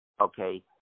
okay